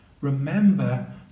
Remember